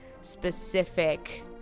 specific